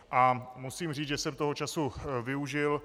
A musím říct, že jsem toho času využil.